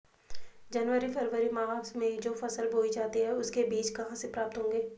जनवरी फरवरी माह में जो फसल बोई जाती है उसके बीज कहाँ से प्राप्त होंगे?